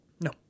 No